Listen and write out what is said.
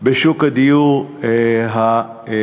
בשוק הדיור הלאומי.